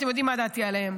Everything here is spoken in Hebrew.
אתם יודעים מה דעתי עליהם.